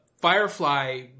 Firefly